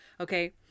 Okay